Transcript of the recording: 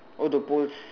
oh the poles